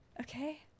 Okay